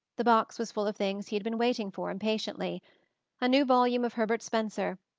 the box was full of things he had been waiting for impatiently a new volume of herbert spencer,